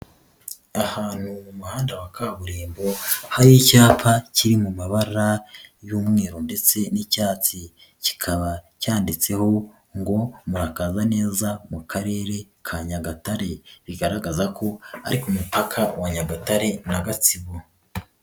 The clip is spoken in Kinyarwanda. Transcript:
Ahantu mu muhanda wa kaburimbo hari icyapa kiri mu mabara y'umweru ndetse n'icyatsi, kikaba cyanditseho ngo muraka neza mu Karere ka Nyagatare bigaragaza ko ari ku mupaka wa Nyagatare na Gatsibo.